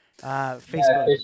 Facebook